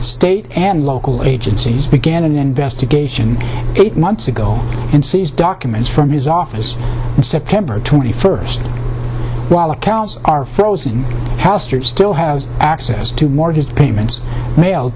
state and local agencies began an investigation eight months ago and says documents from his office in september twenty first while accounts are frozen hastert still has access to mortgage payments mailed